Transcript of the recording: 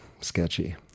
sketchy